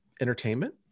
entertainment